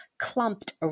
clumped